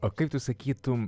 o kaip tu sakytum